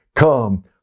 Come